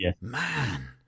man